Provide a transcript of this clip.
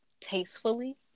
tastefully